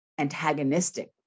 antagonistic